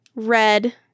Red